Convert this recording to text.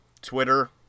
Twitter